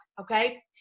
okay